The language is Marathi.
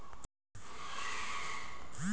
कोंबडीले कोनच खाद्य द्याच?